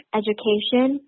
education